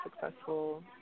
successful